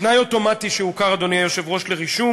אדוני היושב-ראש,